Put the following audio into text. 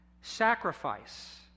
sacrifice